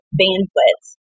bandwidth